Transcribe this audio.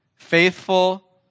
Faithful